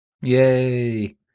Yay